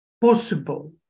possible